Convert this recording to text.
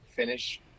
Finish